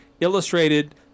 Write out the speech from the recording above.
illustrated